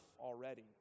already